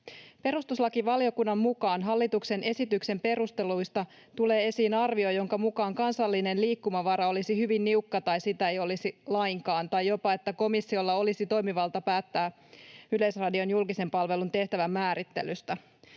Perustuslakivaliokunnan mukaan hallituksen esityksen perusteluista tulee esiin arvio, jonka mukaan kansallinen liikkumavara olisi hyvin niukka tai sitä ei olisi lainkaan, tai jopa, että komissiolla olisi toimivalta päättää Yleisradion julkisen palvelun tehtävän määrittelystä.